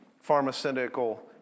pharmaceutical